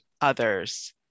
others